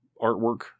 artwork